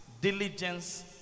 diligence